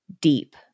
deep